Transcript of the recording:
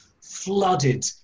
flooded